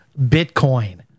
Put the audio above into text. Bitcoin